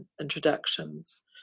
introductions